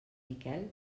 miquel